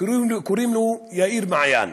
שקוראים לו יאיר מעיין,